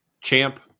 champ